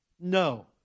No